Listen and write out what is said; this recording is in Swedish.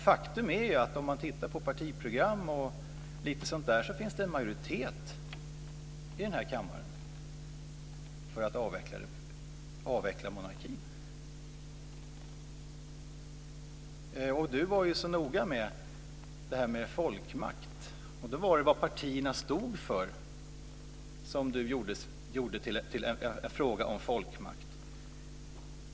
Faktum är ju att om man tittar på partiprogram och lite sådant finns det en majoritet i den här kammaren för att avveckla monarkin. Göran Magnusson var ju så noga med detta med folkmakt. Han gjorde det som partierna stod för till en fråga om folkmakt.